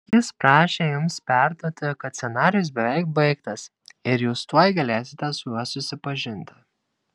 jis prašė jums perduoti kad scenarijus beveik baigtas ir jūs tuoj galėsite su juo susipažinti